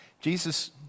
Jesus